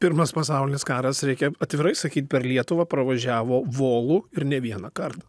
pirmas pasaulinis karas reikia atvirai sakyt per lietuvą pravažiavo volu ir ne vieną kartą